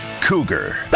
Cougar